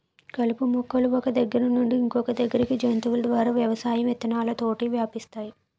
కలుపు మొక్కలు ఒక్క దగ్గర నుండి ఇంకొదగ్గరికి జంతువుల ద్వారా వ్యవసాయం విత్తనాలతోటి వ్యాపిస్తాయి